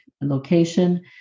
location